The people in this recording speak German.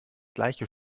gleiche